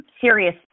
serious